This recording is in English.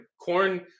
Corn